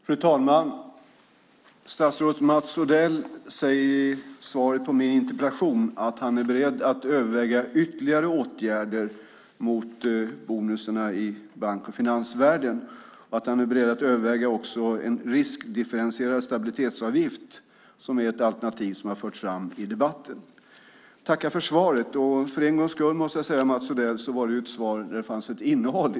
Fru talman! Statsrådet Mats Odell säger i svaret på min interpellation att han är beredd att överväga ytterligare åtgärder när det gäller bonusarna i bank och finansvärlden och att han är beredd att överväga en riskdifferentierad stabilitetsavgift, som är ett alternativ som har förts fram i debatten. Jag tackar för svaret. Jag måste säga, Mats Odell, att det för en gångs skull var ett svar där det fanns ett innehåll.